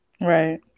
right